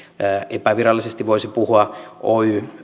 epävirallisesti voisi puhua oy